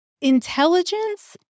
intelligence